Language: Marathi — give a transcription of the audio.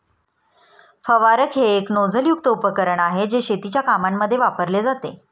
फवारक हे एक नोझल युक्त उपकरण आहे, जे शेतीच्या कामांमध्ये वापरले जाते